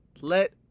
Let